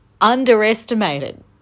underestimated